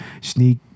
sneak